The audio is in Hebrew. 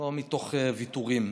לא מתוך ויתורים.